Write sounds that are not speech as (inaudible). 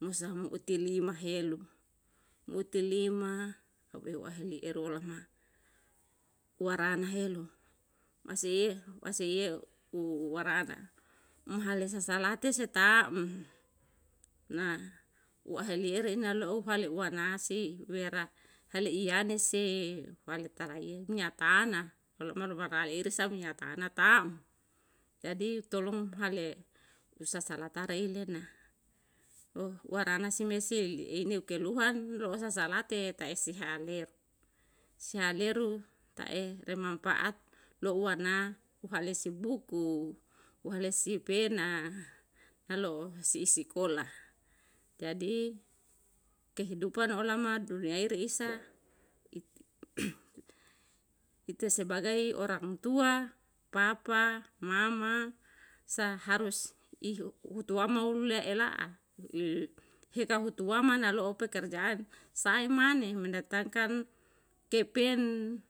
umsaha um utilima helu, utilima au aheli eru lama, warana helu maseiye, msaeiye u warana. Um hale sasalate se tam, na waheli ere inalo'o pale uwana si wera hale iyane se, taraiye minya tanah, kalomo ruma raire sa minya tanah tam, jadi tolum hale sasala tare ini na, lo warana si mesie lili eineu keluhan ro'osa salate tae si haleru si haleru ta'e tau manfaat lo'u wana uhale si buku, hale si pena, nalo'o si isikola, jadi kehidupan olama duniyai reisa i (hesitation) ite sebagai orang tua, papa, mama, sa harus ihu hutuwama ule ela'a, hita hutuwama nalo'o pekerjaan sae mane mendatangkan kepen